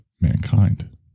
mankind